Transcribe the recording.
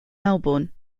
melbourne